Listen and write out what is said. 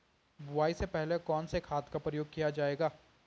बुआई से पहले कौन से खाद का प्रयोग किया जायेगा?